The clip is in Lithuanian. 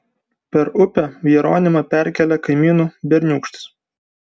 per upę jeronimą perkėlė kaimynų berniūkštis